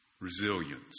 resilience